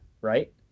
right